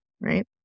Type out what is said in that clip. right